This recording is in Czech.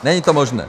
Není to možné.